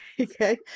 Okay